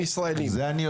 הוא בלתי ניתן ליישום,